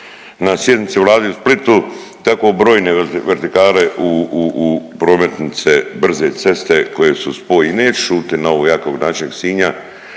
na sjednici Vlade u Splitu tako brojne vertikale u prometnice brze ceste koje su spoj. I neću šutit na ovu ja kao gradonačelnik Sinja